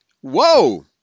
Whoa